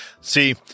See